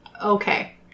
Okay